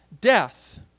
death